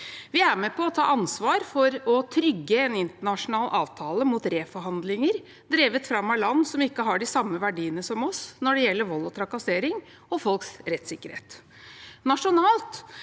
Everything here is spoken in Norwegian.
Vi er med på å ta ansvar for å trygge en internasjonal avtale mot reforhandlinger drevet fram av land som ikke har de samme verdiene som oss når det gjelder vold og trakassering og folks rettssikkerhet. Nasjonalt